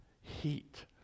heat